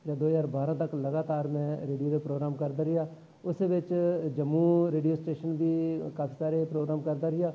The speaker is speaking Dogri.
जां दो ज्हार बारां तक लगातार मैं रेडियो दे प्रोग्राम करदा रेहा उस्सै बेच्च जम्मू रेडियो स्टेशन दे काफी सारे प्रोग्राम करदा रेहा